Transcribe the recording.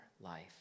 life